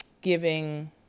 giving